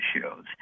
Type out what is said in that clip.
shows